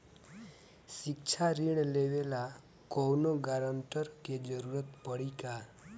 शिक्षा ऋण लेवेला कौनों गारंटर के जरुरत पड़ी का?